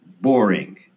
boring